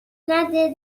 نده